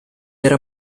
era